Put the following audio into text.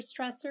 stressor